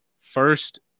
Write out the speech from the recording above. First